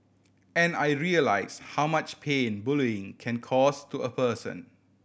and I realise how much pain bullying can cause to a person